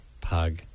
Pug